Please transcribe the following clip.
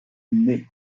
nez